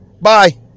Bye